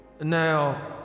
Now